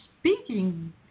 speaking